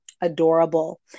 adorable